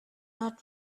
hat